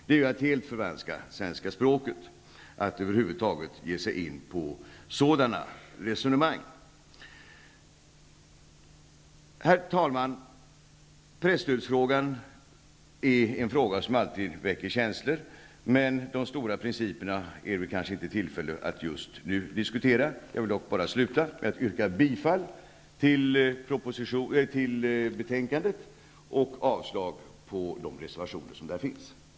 Det är ju att helt förvanska svenska språket att över huvud taget ge sig in på sådana resonemang. Herr talman! Presstödsfrågan väcker alltid känslor, men de stora principerna är vi kanske inte i tillfälle att diskutera just nu. Jag vill sluta med att yrka bifall till utskottets hemställan och avslag på de reservationer som fogats till betänkandet.